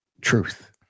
truth